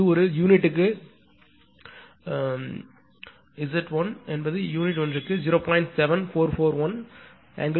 இது ஒரு யூனிட்டுக்கு வலதுபுறம் Z1 என்பது யூனிட் ஒன்றுக்கு 0